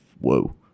whoa